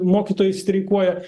mokytojai streikuoja